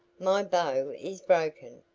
my bow is broken.